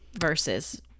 versus